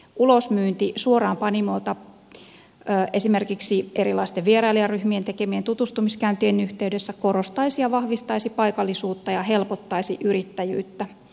ulosmyynti suoraan panimolta esimerkiksi erilaisten vierailijaryhmien tekemien tutustumiskäyntien yhteydessä korostaisi ja vahvistaisi paikallisuutta ja helpottaisi yrittäjyyttä